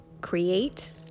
create